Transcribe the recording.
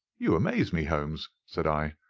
you amaze me, holmes, said i.